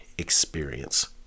experience